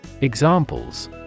Examples